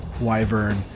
wyvern